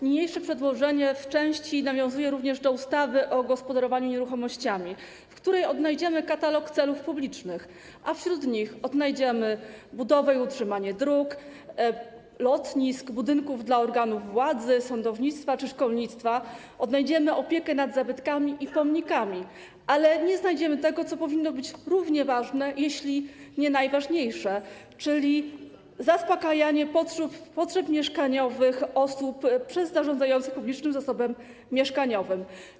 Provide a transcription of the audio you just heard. Niniejsze przedłożenie w części nawiązuje również do ustawy o gospodarowaniu nieruchomościami, w której odnajdziemy katalog celów publicznych, a wśród nich odnajdziemy budowę i utrzymanie dróg, lotnisk, budynków dla organów władzy, sądownictwa czy szkolnictwa, opiekę nad zabytkami i pomnikami, ale nie znajdziemy tego, co powinno być równie ważne, jeśli nie najważniejsze, czyli zaspokajania potrzeb mieszkaniowych osób przez zarządzających publicznym zasobem mieszkaniowym.